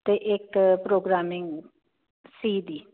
ਤੇ ਇੱਕ ਪ੍ਰੋਗਰਾਮਿੰਗ ਸੀ ਦੀ